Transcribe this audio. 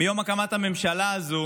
מיום הקמת הממשלה הזו